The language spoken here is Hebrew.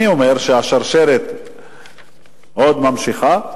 אני אומר שהשרשרת עוד נמשכת.